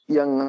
Yang